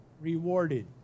rewarded